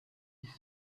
his